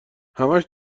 همش